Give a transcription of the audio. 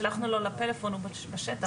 שלחנו לו לטלפון הוא אומר שהוא בשטח.